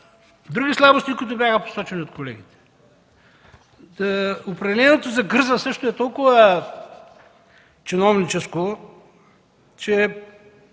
Други слабости, които бяха посочени от колегите. Определението за „криза” също е толкова чиновническо, че